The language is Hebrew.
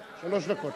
אם תשכנע אותנו,